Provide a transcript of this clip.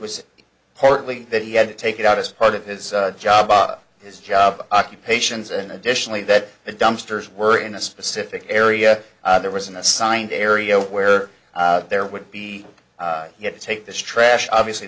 was partly that he had to take it out as part of his job his job occupations and additionally that the dumpsters were in a specific area there was an assigned area where there would be yet to take this trash obviously